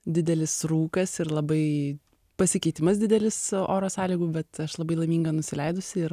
didelis rūkas ir labai pasikeitimas didelis oro sąlygų bet aš labai laiminga nusileidusi ir